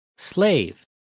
Slave